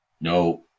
no